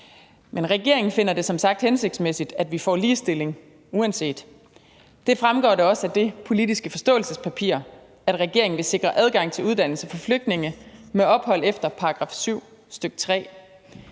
Men regeringen finder det som sagt hensigtsmæssigt, at vi får ligestilling uanset. Det fremgår da også af det politiske forståelsespapir, at regeringen vil sikre adgang til uddannelse for flygtninge med ophold efter § 7, stk. 3.